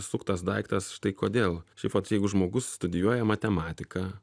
suktas daiktas štai kodėl šiaip vat jeigu žmogus studijuoja matematiką